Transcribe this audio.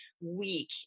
week